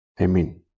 amen